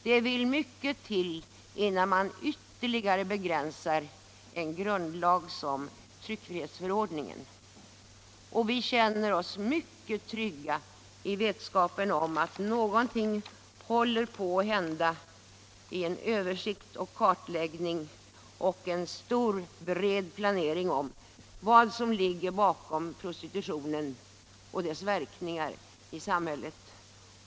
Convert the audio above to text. Det vill mycket till innan man ytterligare begränsar en grundlag som tryckfrihetsförordningen. Och vi känner oss mycket trygga i vetskapen om att någonting håller på att hända i en översikt och en bred kartläggning av vad som ligger bakom prostitutionen och dess verkningar i samhället.